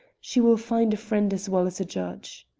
she will find a friend as well as a judge.